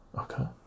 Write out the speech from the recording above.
okay